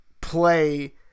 play